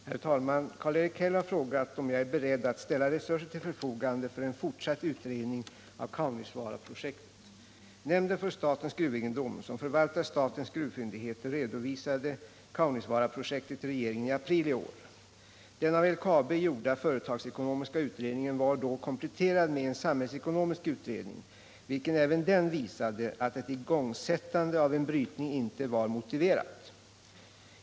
Herr talman! Karl-Erik Häll har frågat om jag är beredd att ställa resurser till förfogande för en fortsatt utredning av Kaunisvaaraprojektet. Nänmden för statens gruvegendom som förvaltar statens gruvfyndigheter redovisade Kaunisvaaraprojektet till regeringen i april i år. Den av LKAB gjorda företagsekonomiska utredningen var då kompletterad med en samhällsekonomisk utredning vilken även den visade att ett igångsättande av en brytning inte var motiverat.